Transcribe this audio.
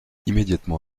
immédiatement